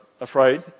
afraid